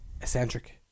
eccentric